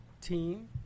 team